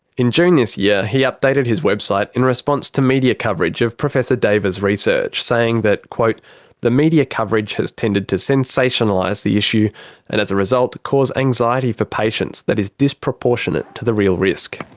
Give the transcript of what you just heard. in june this year, he updated his website in response to media coverage of professor deva's research, saying that, quote the media coverage has tended to sensationalise the issue and as a result cause anxiety for patients that is disproportionate to the real risk.